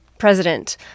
President